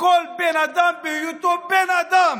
וכל בן אדם בהיותו בן אדם